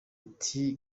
ati